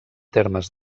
termes